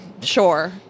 Sure